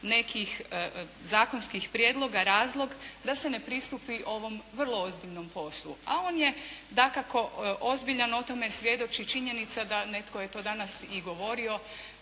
nekih zakonskih prijedloga razlog da se ne pristupi ovom vrlo ozbiljnom poslu, a on je dakako ozbiljan, o tome svjedoči činjenica da netko je to danas i govorio,